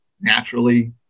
naturally